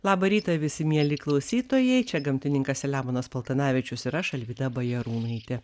labą rytą visi mieli klausytojai čia gamtininkas selemonas paltanavičius ir aš alvyda bajarūnaitė